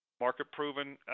market-proven